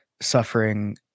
suffering